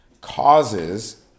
causes